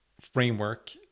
framework